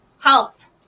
health